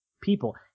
people